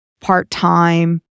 part-time